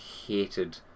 hated